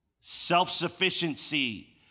Self-sufficiency